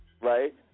Right